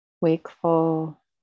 wakeful